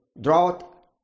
drought